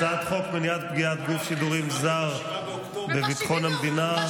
הצעת חוק מניעת פגיעת גוף שידורים זר בביטחון המדינה,